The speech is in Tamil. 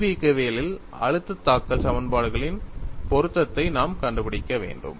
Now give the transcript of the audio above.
முறிவு இயக்கவியலில் அழுத்த தாக்கல் சமன்பாடுகளின் பொருத்தத்தை நாம் கண்டுபிடிக்க வேண்டும்